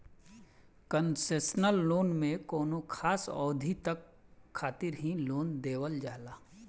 concessional loan में कौनो खास अवधि तक खातिर ही लोन देवल जाला